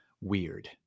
weird